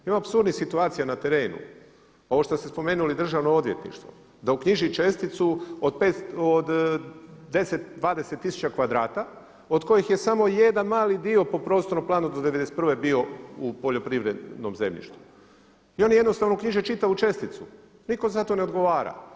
Ima apsurdnih situacija na terenu, ovo što ste spomenuli Državno odvjetništva, da uknjiži česticu od 10, 20 tisuća kvadrata od kojih je samo jedan mali dio po prostornom planu do '91. bio u poljoprivrednom zemljištu i oni jednostavno uknjiže čitavu čestitu, nitko za to ne odgovara.